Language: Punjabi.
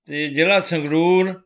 ਅਤੇ ਜ਼ਿਲ੍ਹਾ ਸੰਗਰੂਰ